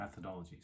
methodologies